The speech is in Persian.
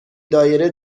دایره